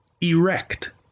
Erect